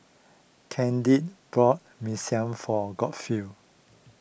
Kendrick bought Mee Sua for Godfrey